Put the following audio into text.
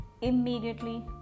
Immediately